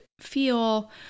feel